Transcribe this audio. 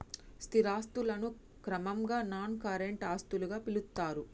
స్థిర ఆస్తులను క్రమంగా నాన్ కరెంట్ ఆస్తులుగా పిలుత్తరు